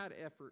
effort